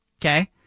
Okay